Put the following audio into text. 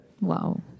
Wow